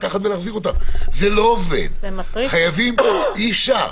צריך גישה.